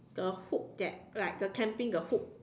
the hook that like the camping the hook